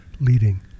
leading